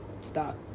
stop